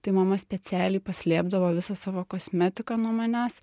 tai mama specialiai paslėpdavo visą savo kosmetiką nuo manęs